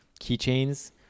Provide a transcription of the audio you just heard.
keychains